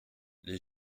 les